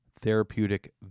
therapeutic